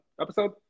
episode